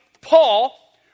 Paul